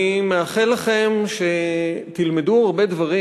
אני מאחל לכם שתלמדו הרבה דברים,